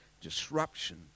disruption